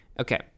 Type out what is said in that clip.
Okay